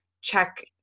check